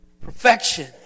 perfection